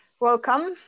Welcome